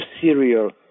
serial